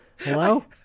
hello